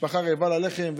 המשפחה רעבה ללחם,